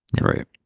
Right